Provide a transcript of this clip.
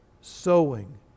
sowing